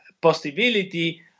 possibility